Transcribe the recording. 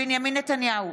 בנימין נתניהו,